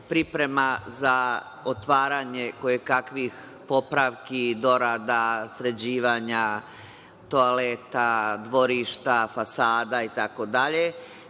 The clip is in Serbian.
priprema za otvaranje kojekakvih popravki i dorada, sređivanja toaleta, dvorišta, fasada itd.